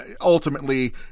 ultimately